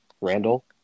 Randall